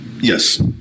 Yes